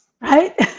right